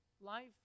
Life